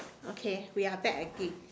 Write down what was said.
okay we are back again